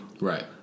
Right